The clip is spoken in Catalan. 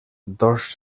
dos